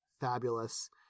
Fabulous